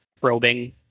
probing